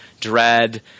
Dread